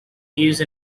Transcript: use